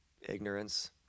Ignorance